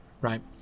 right